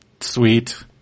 sweet